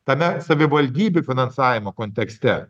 tame savivaldybių finansavimo kontekste